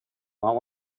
want